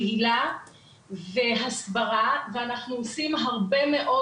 קהילה והסברה ואנחנו עושים הרבה מאוד